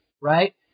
right